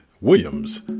Williams